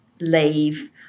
leave